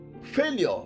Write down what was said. failure